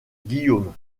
guillaume